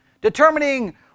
determining